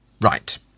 right